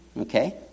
Okay